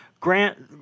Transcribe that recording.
Grant